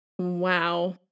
Wow